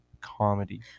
comedy